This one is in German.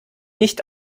nicht